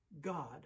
God